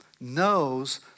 knows